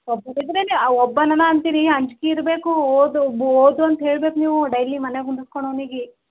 ಒಬ್ರು ಇದ್ದರೇನೆ ಆ ಒಬ್ಬನನ್ನು ಅಂತೀರಿ ಅಂಜಿಕೆ ಇರಬೇಕು ಓದೋ ಬೊ ಓದು ಅಂತ ಹೇಳ್ಬೇಕು ನೀವು ಡೈಲಿ ಮನ್ಯಾಗೆ ಕುಂದ್ರಸ್ಕೊಂಡು ಅವನಿಗೆ